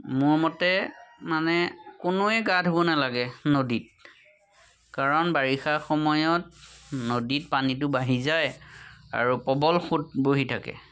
মোৰ মতে মানে কোনোৱে গা ধুব নালাগে নদীত কাৰণ বাৰিষাৰ সময়ত নদীত পানীটো বাঢ়ি যায় আৰু প্ৰবল সোঁত বহি থাকে